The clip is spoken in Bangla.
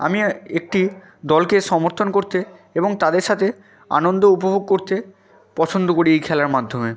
আমি একটি দলকে সমর্থন করতে এবং তাদের সাথে আনন্দ উপভোগ করতে পছন্দ করি এই খেলার মাধ্যমে